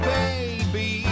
baby